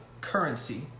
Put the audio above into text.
currency